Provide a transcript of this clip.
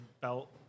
belt